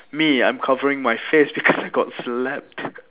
me I'm covering my face because I got slapped